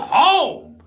home